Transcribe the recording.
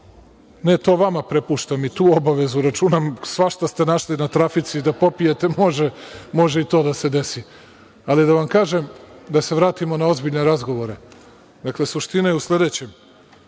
Ja to vama prepuštam i tu obavezu, računam svašta ste našli na trafici da popijete, može i to da se desi. Ali, da vam kažem, da se vratimo na ozbiljne razgovore. Dakle, suština je u sledećem.